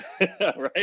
right